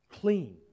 clean